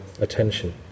attention